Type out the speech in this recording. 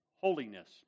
holiness